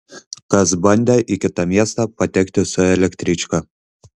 kas bandė į kitą miestą patekti su elektryčka